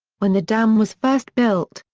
when the dam was first built,